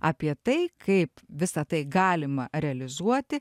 apie tai kaip visa tai galima realizuoti